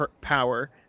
power